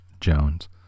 Jones